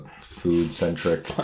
food-centric